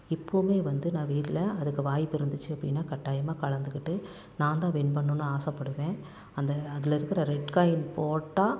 இப்போவுமே வந்து நான் வீட்டில் அதுக்கு வாய்ப்பு இருந்துச்சு அப்படினா கட்டாயமாக கலந்துக்கிட்டு நான்தான் வின் பண்ணணும்னு ஆசைப்படுவேன் அந்த அதில் இருக்கிற ரெட் காயின் போட்டால்